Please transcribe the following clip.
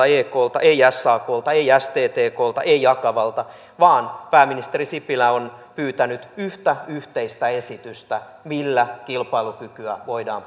eklta ei saklta ei sttklta ei akavalta vaan pääministeri sipilä on pyytänyt yhtä yhteistä esitystä millä kilpailukykyä voidaan